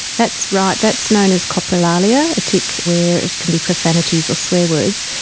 that's right, that's known as coprolalia, a tic where it can be profanities or swear words.